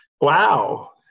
Wow